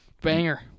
Banger